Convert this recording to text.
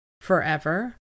forever